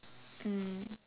mm